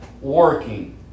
working